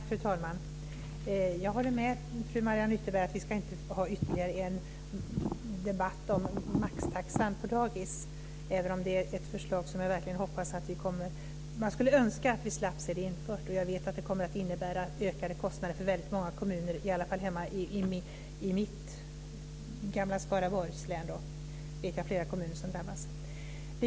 Fru talman! Jag håller med fru Mariann Ytterberg om att vi inte ska ha ytterligare en debatt om maxtaxan på dagis - även om det är ett förslag som man skulle önska att vi slapp se infört. Jag vet att det kommer att innebära ökade kostnader för väldigt många kommuner, i alla fall hemma i mitt gamla län Skaraborg. Där vet jag flera kommuner som drabbas.